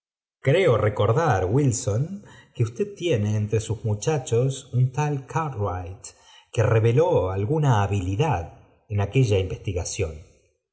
creo recordar wilson que usted tiene entre sus muchachos un v tal cartwright que reveló alguna habilidad en b aquella investigación